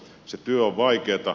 se työ on vaikeata